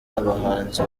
abahanzi